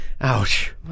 ouch